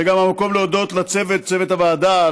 זה המקום להודות גם לצוות הוועדה: